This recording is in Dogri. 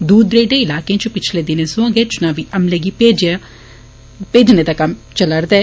दूर दरेडे इलाकें इच पिच्छले दिनें सोयां गै चुवावी अमलें गी भेजने दा कम्म चला करदा ऐ